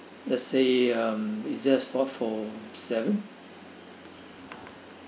let's say um is there a slot for seven